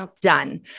done